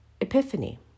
epiphany